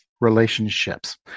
relationships